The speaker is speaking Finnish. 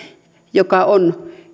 joka on